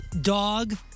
dog